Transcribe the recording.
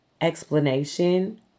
explanation